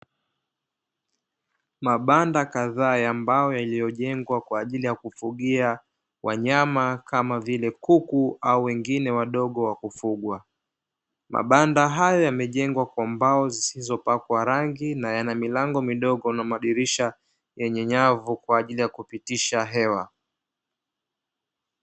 Mabanda kadhaa ya mbao yaliyojengwa kwa ajili ya kufugia wanyama kama vile kuku au wengine wadogo wa kufugwa. Mabanda hayo yamejengwa kwa mbao zisizo pakwa rangi na yana milango midogo na madirisha yenye nyavu kwa ajili ya kupitisha hewa.